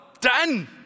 done